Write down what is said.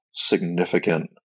significant